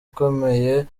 ikomeye